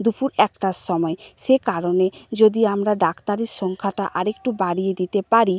দুপুর একটার সময় সে কারণে যদি আমরা ডাক্তারের সংখ্যাটা আর একটু বাড়িয়ে দিতে পারি